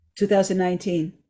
2019